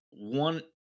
One